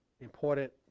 Important